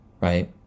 right